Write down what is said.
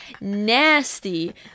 nasty